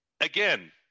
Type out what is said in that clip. again